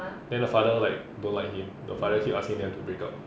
then the father like don't like him the father keep asking them to break up